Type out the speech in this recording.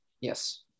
Yes